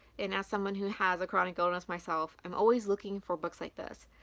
and as someone who has a chronic illness myself, i'm always looking for books like this.